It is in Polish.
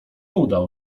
udał